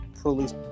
police